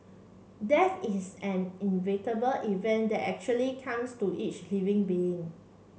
death is an inevitable event that actually comes to each living being